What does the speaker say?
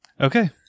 Okay